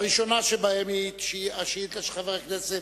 הראשונה שבהן, שאילתא של חבר הכנסת